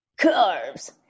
Carbs